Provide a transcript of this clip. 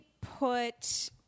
put